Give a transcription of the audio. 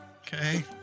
Okay